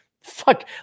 fuck